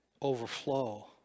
overflow